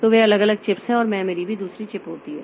तो वे अलग अलग चिप्स हैं और मेमोरी भी दूसरी चिप होती है